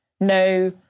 no